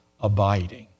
abiding